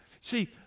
see